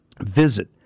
Visit